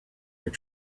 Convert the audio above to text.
your